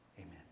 Amen